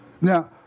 Now